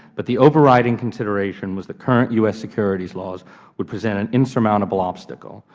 but the overriding consideration was the current u s. securities laws would present an insurmountable obstacle,